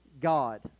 God